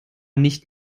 nicht